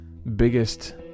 Biggest